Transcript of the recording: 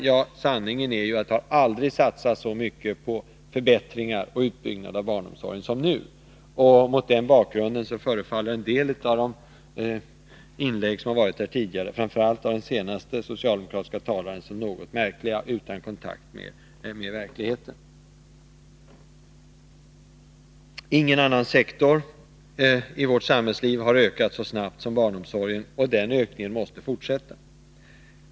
Ja, sanningen är ju att det aldrig har satsats så mycket på förbättringar och utbyggnad av barnomsorgen som denna period. Mot den bakgrunden förefaller en del av de inlägg som gjorts här tidigare, framför allt av den senaste socialdemokratiska talaren, något märkliga och utan kontakt med verkligheten. Ingen annan sektor i vårt samhällsliv har ökat så snabbt som barnomsorgen, och den ökningen måste fortsätta.